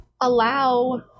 allow